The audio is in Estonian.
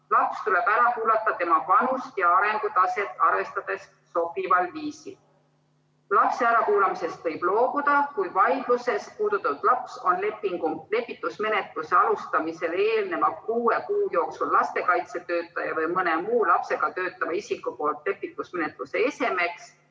Laps tuleb ära kuulata tema vanust ja arengutaset arvestades sobival viisil. Lapse ärakuulamisest võib loobuda, kui vaidluses puudutatud laps on lepitusmenetluse alustamisel eelneva kuue kuu jooksul lastekaitsetöötaja või mõne muu lapsega töötava isiku poolt lepitusmenetluse esemeks